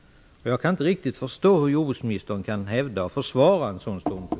Jag förstår inte hur jordbruksministern kan hävda en sådan ståndpunkt och försvara den.